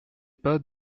pas